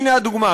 הנה הדוגמה,